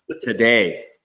today